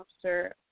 officer